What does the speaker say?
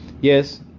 yes